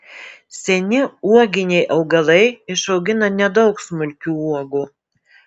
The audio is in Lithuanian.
seni uoginiai augalai išaugina nedaug smulkių uogų